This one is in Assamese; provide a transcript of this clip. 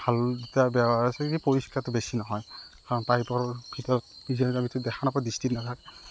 ভাল এটা বেয়াও আছে কি পৰিষ্কাৰটো বেছি নহয় আৰু পাইপৰ ভিতৰত বিজলুৱাটো দেখা নাপাওঁ